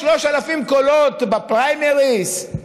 3,000 קולות בפריימריז?